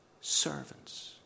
servants